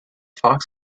fox